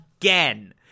again